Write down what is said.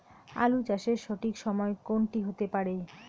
আলু চাষের সঠিক সময় কোন টি হতে পারে?